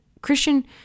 Christian